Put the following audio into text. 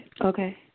Okay